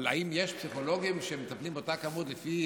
אבל האם יש פסיכולוגים שמטפלים באותו מספר, לפי